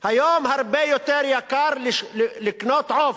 היום הרבה יותר יקר לקנות עוף.